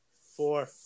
Four